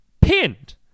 pinned